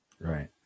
Right